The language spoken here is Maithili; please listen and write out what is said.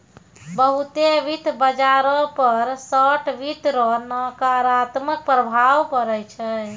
बहुते वित्त बाजारो पर शार्ट वित्त रो नकारात्मक प्रभाव पड़ै छै